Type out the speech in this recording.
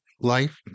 life